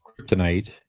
kryptonite